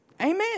Amen